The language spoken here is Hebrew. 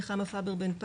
נחמה פבר בן פזי,